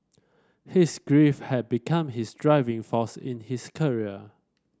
his grief had become his driving force in his career